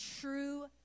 true